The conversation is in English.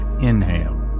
inhale